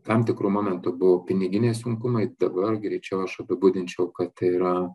tam tikru momentu buvo piniginiai sunkumai dabar greičiau aš apibūdinčiau kad tai yra